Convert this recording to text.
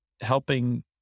helping